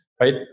right